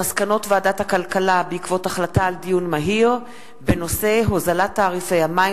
מסקנות ועדת הכלכלה בעקבות דיון מהיר בנושא: הוזלת תעריפי המים